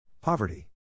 Poverty